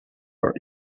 for